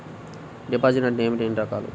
Deposit అంటే ఏమిటీ ఎన్ని రకాలు?